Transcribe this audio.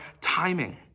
timing